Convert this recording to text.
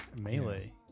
Melee